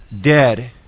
dead